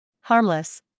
Harmless